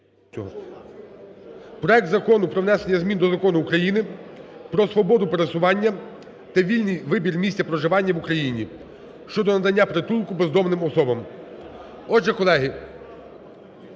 Проект Закону про внесення змін до Закону України "Про свободу пересування та вільний вибір місця проживання в Україні" (щодо надання притулку бездомним особам).